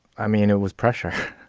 i mean, it was pressure.